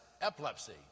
epilepsy